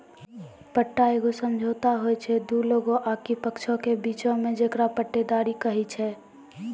पट्टा एगो समझौता होय छै दु लोगो आकि पक्षों के बीचो मे जेकरा पट्टेदारी कही छै